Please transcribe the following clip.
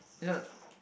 you know